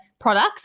products